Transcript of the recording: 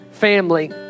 family